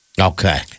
Okay